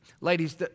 Ladies